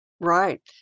Right